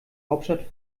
hauptstadt